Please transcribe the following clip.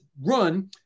run